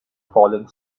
falling